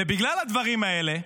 ובגלל הדברים האלה,